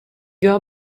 got